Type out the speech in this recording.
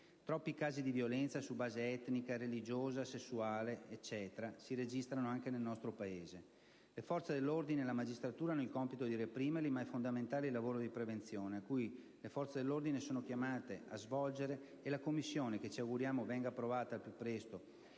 Troppi casi di violenza su base etnica, religiosa, sessuale, eccetera si registrano anche nel nostro Paese. Le forze dell'ordine e la magistratura hanno il compito di reprimerli, ma è fondamentale il lavoro di prevenzione che le forze dell'ordine sono chiamate a svolgere e a cui la Commissione - che ci auguriamo venga approvata al più presto